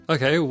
Okay